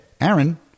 Aaron